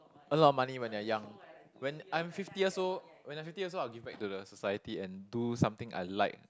earn a lot of money when you're young when I'm fifty years old when I'm fifty years old I'll give back to the society and do something I like